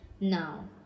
Now